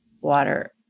water